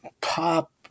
pop